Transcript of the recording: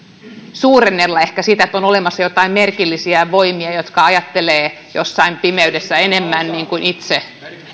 suurennella sitä että on olemassa joitain merkillisiä voimia jotka ajattelevat jossain pimeydessä enemmän kuin itse